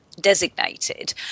designated